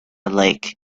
lake